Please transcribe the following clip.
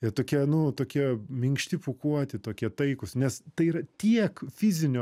jie tokie nu tokie minkšti pūkuoti tokie taikūs nes tai yra tiek fizinio